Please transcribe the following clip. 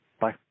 Bye